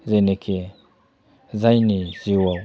जेनोखि जायनि जिउआव